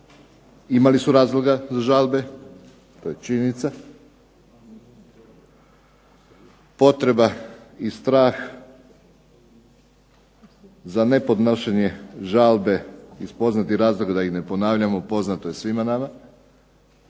imali su razloga za žalbe, to je činjenica. Potreba i strah za nepodnošenje žalbe iz poznatih razloga, da ih ne ponavljamo, poznato je svima nama,